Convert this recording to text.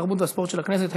התרבות והספורט של הכנסת),